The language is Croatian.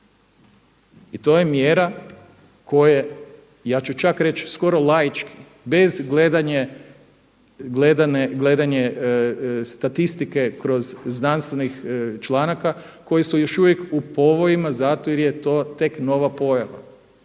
I to je mjera koja, ja ću čak reći, skoro laički bez gledanja statistike kroz znanstvenih članaka koji su još uvijek u povojima zato je to tek nova pojava.